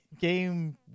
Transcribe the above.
game